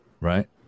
Right